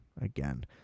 again